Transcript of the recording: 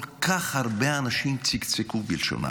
כל כך הרבה אנשים צקצקו בלשונם.